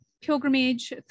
pilgrimage